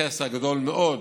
יש חסר גדול מאוד